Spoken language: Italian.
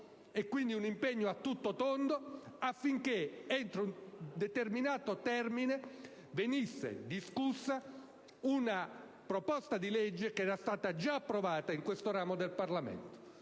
quindi un impegno a tutto tondo, affinché entro un determinato termine venisse discussa una proposta di legge già approvata in questo ramo del Parlamento.